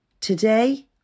today